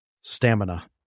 stamina